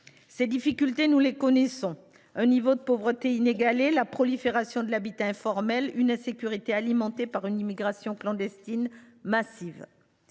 les difficultés : un niveau de pauvreté inégalé, une prolifération de l’habitat informel, une insécurité alimentée par une immigration clandestine massive.